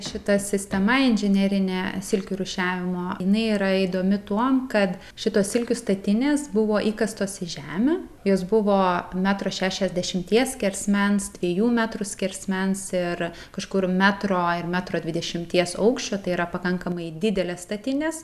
šita sistema inžinerinė silkių rūšiavimo jinai yra įdomi tuom kad šitos silkių statinės buvo įkastos į žemę jos buvo metro šešiasdešimties skersmens dviejų metrų skersmens ir kažkur metro ir metro dvidešimties aukščio tai yra pakankamai didelės statinės